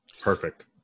perfect